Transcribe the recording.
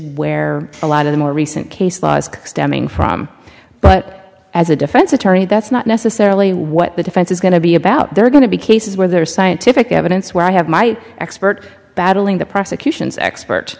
where a lot of the more recent case laws stemming from but as a defense attorney that's not necessarily what the defense is going to be about they're going to be cases where there is scientific evidence where i have my expert battling the prosecution's expert